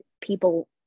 people